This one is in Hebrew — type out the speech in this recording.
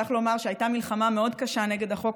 צריך לומר שהייתה מלחמה מאוד קשה נגד החוק